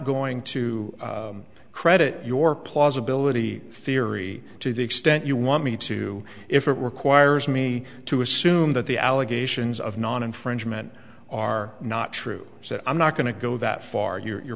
going to credit your plausibility the theory to the extent you want me to if it requires me to assume that the allegations of non infringement are not true so i'm not going to go that far your